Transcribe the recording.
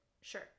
sure